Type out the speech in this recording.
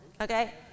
Okay